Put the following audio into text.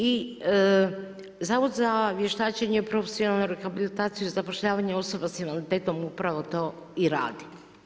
I Zavod za vještačenje i profesionalnu rehabilitaciju i zapošljavanje osoba sa invaliditetom upravo to i radi.